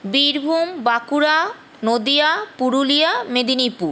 Birbhum Bankura Nadia Purulia Medinipur